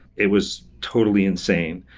it was totally insane.